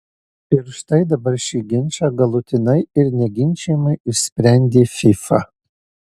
ir štai dabar šį ginčą galutinai ir neginčijamai išsprendė fifa